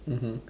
mmhmm